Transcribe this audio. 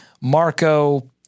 Marco